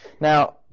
now